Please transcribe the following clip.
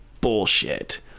Bullshit